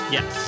Yes